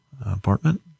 apartment